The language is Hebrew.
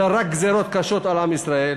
אלא רק גזירות קשות על עם ישראל.